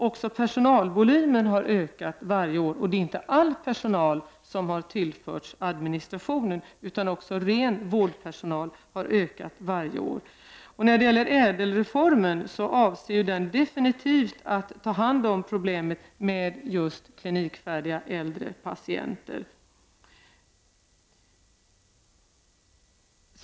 Även personalvolymen har ökat varje år, och all personal har inte tillförts administrationen, utan också vårdpersonalen har ökat varje år. Äldrereformen avser definitivt att ta hand om problemet med just klinikfärdiga äldre patienter.